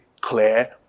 clear